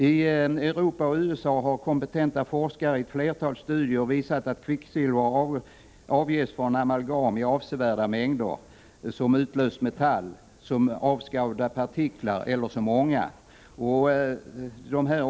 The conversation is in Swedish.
I Europa och i USA har kompetenta forskare i ett flertal studier visat att kvicksilver avges från amalgam i avsevärda mängder — som utlöst metall, som avskavda partiklar eller som ånga.